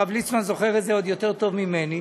הרב ליצמן זוכר את זה עוד יותר טוב ממני,